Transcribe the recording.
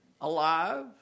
alive